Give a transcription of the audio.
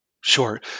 Sure